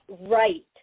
right